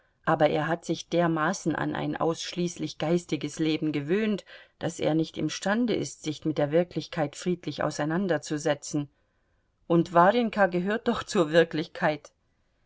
aber er hat sich dermaßen an ein ausschließlich geistiges leben gewöhnt daß er nicht imstande ist sich mit der wirklichkeit friedlich auseinanderzusetzen und warjenka gehört doch zur wirklichkeit